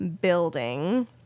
building